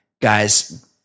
guys